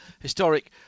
historic